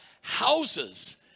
houses